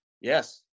Yes